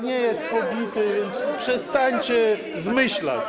nie jest pobity, więc przestańcie zmyślać.